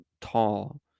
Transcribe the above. tall